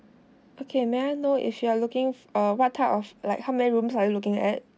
okay may I know if you're looking for uh what type of like how many rooms are you looking at